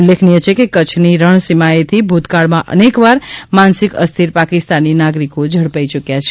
ઉલ્લેખનીય છે કે કચ્છની રણસીમાએથી ભૂતકાળમાં અનેકવાર માનસિક અસ્થિર પાકિસ્તાની નાગરિકો ઝડપાઈ યૂક્યાં છે